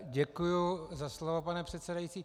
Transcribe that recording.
Děkuji za slovo, pane předsedající.